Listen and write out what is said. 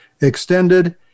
extended